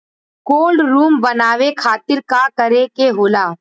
Cold room बनावे खातिर का करे के होला?